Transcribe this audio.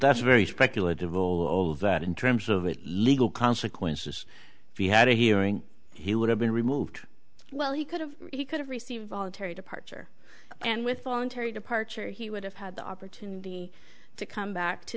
that's very speculative all of that in terms of it legal consequences if you had a hearing he would have been removed well he could have he could have received voluntary departure and with long terry departure he would have had the opportunity to come back to